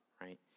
right